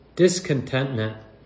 Discontentment